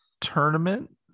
tournament